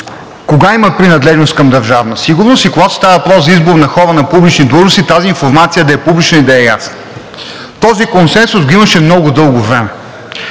кога има принадлежност към Държавна сигурност и когато става въпрос за хора на публични длъжности, тази информация да е публична и да е ясна. Този консенсус го имаше много дълго време.